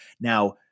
Now